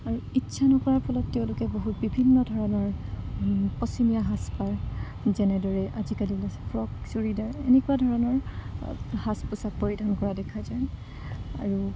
আৰু ইচ্ছা নকৰাৰ ফলত তেওঁলোকে বহুত বিভিন্ন ধৰণৰ পশ্চিমীয়া সাজপাৰ যেনেদৰে আজিকালি হৈছে ফ্ৰক চুৰিদাৰ এনেকুৱা ধৰণৰ সাজ পোছাক পৰিধান কৰা দেখা যায় আৰু